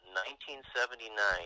1979